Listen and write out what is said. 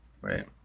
right